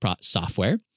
software